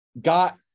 got